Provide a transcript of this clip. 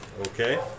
Okay